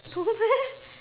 no meh